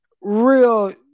real